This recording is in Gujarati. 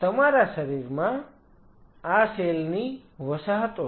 તમારા શરીરમાં આ સેલ ની વસાહતો છે